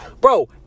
Bro